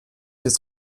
jetzt